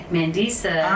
Mandisa